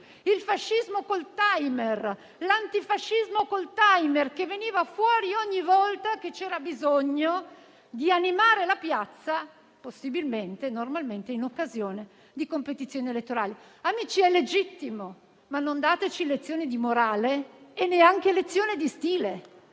Il fascismo col *timer,* l'antifascismo col *timer*, che veniva fuori ogni volta che c'era bisogno di animare la piazza, possibilmente, normalmente, in occasione di competizioni elettorali. Amici, è legittimo, ma non dateci lezioni di morale e neanche lezioni di stile,